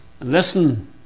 Listen